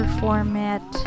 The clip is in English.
format